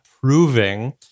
proving